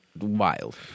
wild